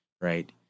Right